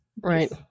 right